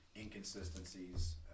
inconsistencies